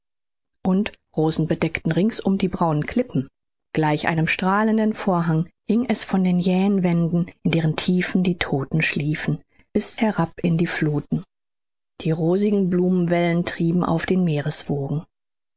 und rosen bedeckten ringsum die braunen klippen gleich einem strahlenden vorhang hing es von den jähen wänden in deren tiefen die todten schliefen bis herab in die fluthen die rosigen blumenwellen trieben auf den meereswogen